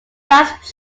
last